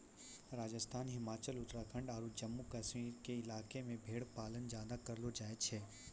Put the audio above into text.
राजस्थान, हिमाचल, उत्तराखंड आरो जम्मू कश्मीर के इलाका मॅ भेड़ पालन ज्यादा करलो जाय छै